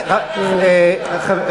תענה על השאלה,